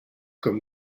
comme